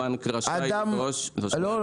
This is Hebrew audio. הבנק רשאי לדרוש --- לא,